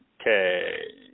okay